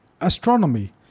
astronomy